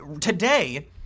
today